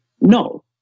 no